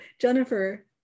jennifer